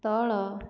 ତଳ